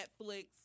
Netflix